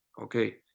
Okay